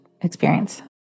experience